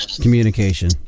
communication